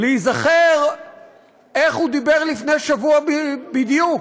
להיזכר איך דיבר לפני שבוע בדיוק.